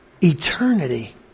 eternity